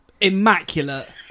Immaculate